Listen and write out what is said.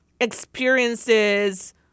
experiences